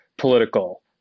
Political